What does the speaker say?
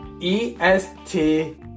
E-S-T